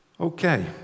Okay